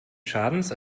schadens